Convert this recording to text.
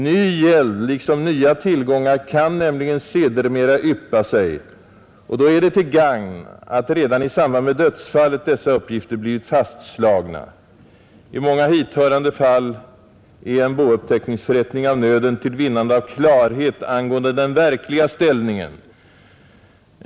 Ny gäld liksom nya tillgångar kunna nämligen sedermera yppa sig, och då är det till gagn, att redan i samband med dödsfallet dessa uppgifter blivit fastslagna. I många hithörande fall är en bouppteckningsförrättning av nöden till vinnande av klarhet angående den verkliga ställningen.